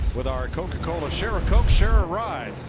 with our coca-cola share a coca, share a ride.